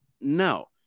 no